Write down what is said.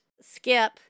skip